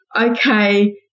okay